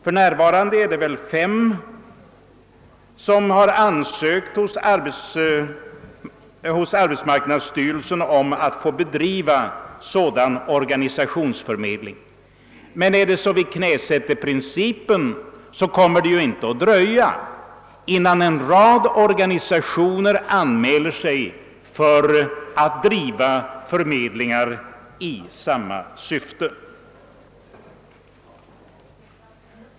För närvarande är det fem olika instanser som ansökt hos arbetsmarknadsstyrelsen om att få bedriva sådan organisationsförmedling. Men om vi knäsätter principen kommer det inte att dröja förrän ytterligare organisationer anmäler sig för att driva förmedlingar i samma syfte.